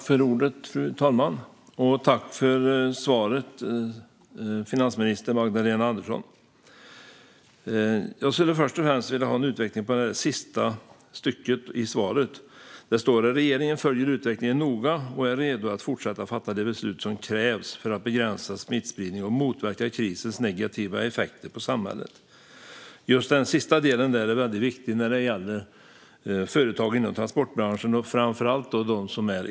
Fru talman! Tack för svaret, finansminister Magdalena Andersson! Jag vill först och främst få en utveckling av det sista stycket i svaret om att "regeringen följer utvecklingen noga och är redo att fortsätta fatta de beslut som krävs för att begränsa smittspridningen och motverka krisens negativa effekter på samhället". Just den sista delen är viktig när det gäller företag inom transportbranschen, framför allt för enskilda firmor.